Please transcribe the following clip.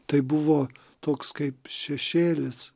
tai buvo toks kaip šešėlis